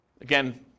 Again